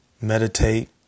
meditate